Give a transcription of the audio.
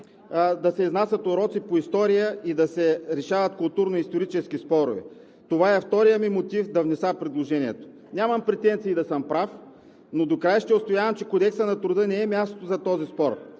да се изнасят уроци по история и да се решават културно-исторически спорове. Това е вторият ми мотив да внеса предложението. Нямам претенции да съм прав, но докрая ще отстоявам, че Кодексът на труда не е мястото за този спор.